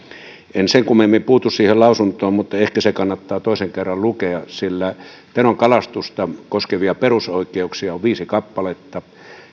en sen kummemmin puutu siihen lausuntoon mutta ehkä se kannattaa toisen kerran lukea sillä tenon kalastusta koskevia perusoikeuksia on viisi kappaletta